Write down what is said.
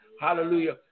Hallelujah